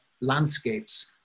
landscapes